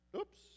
Oops